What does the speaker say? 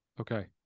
Okay